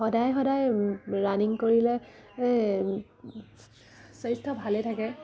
সদায় সদায় ৰানিং কৰিলে স্বাস্থ্য ভালে থাকে